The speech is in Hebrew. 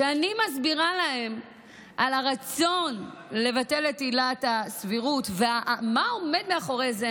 כשאני מסבירה להם על הרצון לבטל את עילת הסבירות ומה עומד מאחורי זה,